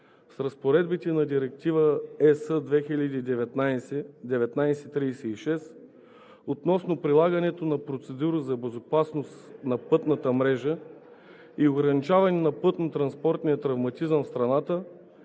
с разпоредбите на Директива (ЕС) 2019/1936 относно прилагането на процедура за безопасност на пътната мрежа и ограничаване на пътно-транспортния травматизъм в страната,